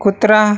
कुत्रा